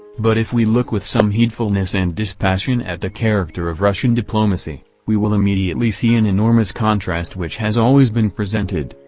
but if we look with some heedfulness and dispassion at the character of russian diplomacy, we will immediately see an enormous contrast which has always been presented,